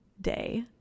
day